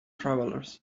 travelers